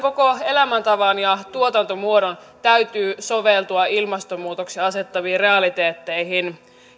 koko elämäntavan ja tuotantomuodon täytyy soveltua ilmastonmuutoksen asettamiin realiteetteihin